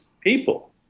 people